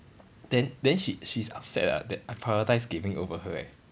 then then she she's upset ah that I prioritise gaming over her eh